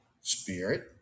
spirit